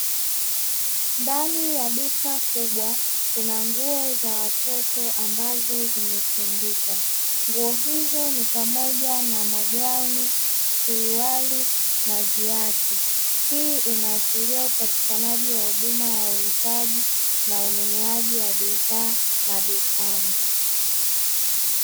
Ndani ya duka kubwa kuna nguo za watoto ambazo zimetundikwa nguo hizo ni pamoja na magauni, suruali na viatu. Hii inaashiria upatikanaji wa huduma ya uuzaji na ununuaji wa bidhaa madukani.